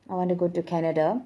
I want to go to canada